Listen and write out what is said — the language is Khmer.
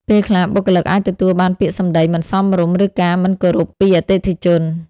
ពេលខ្លះ បុគ្គលិកអាចទទួលបានពាក្យសម្ដីមិនសមរម្យ ឬការមិនគោរពពីអតិថិជន។